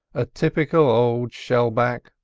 a typical old shell-back,